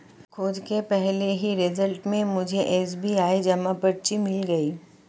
खोज के पहले ही रिजल्ट में मुझे एस.बी.आई जमा पर्ची मिल गई